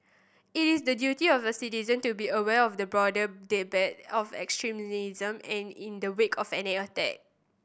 it is the duty of a citizen to be aware of the broader debate of extremism and in the wake of any attack